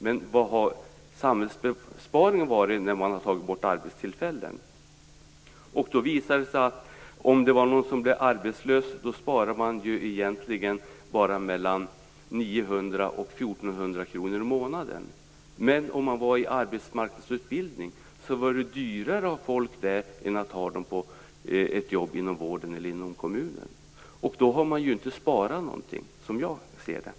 Men vilken är samhällsbesparingen när arbetstillfällen tagits bort? Det har visat sig att man när någon blir arbetslös egentligen bara sparar 900-1 400 kr i månaden. Det är dyrare att ha folk i arbetsmarknadsutbilning än att folk har jobb inom vården/kommunen. Då har man inte sparat något, som jag ser saken.